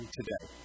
today